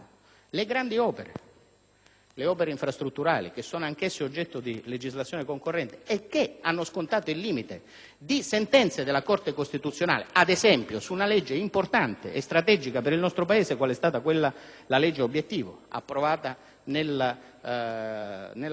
le opere infrastrutturali, che sono anch'esse oggetto di legislazione concorrente e che hanno scontato il limite di sentenze della Corte costituzionale, ad esempio su una legge importante e strategica per il nostro Paese quale è stata la legge obiettivo, approvata nella legislatura 2001-2006.